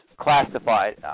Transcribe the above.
classified